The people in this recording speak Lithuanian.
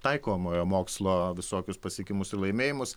taikomojo mokslo visokius pasiekimusir laimėjimus